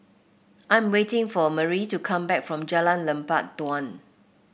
I'm waiting for Merrie to come back from Jalan Lebat Daun